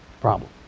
problem